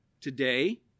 Today